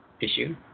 issue